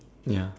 ya